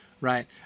right